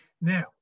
Now